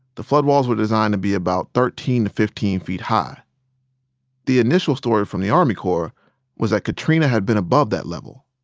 the floodwalls were designed to be about thirteen fifteen feet high the initial story from the army corps was that katrina had been above that level.